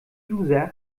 user